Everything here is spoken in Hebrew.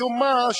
משום מה,